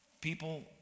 people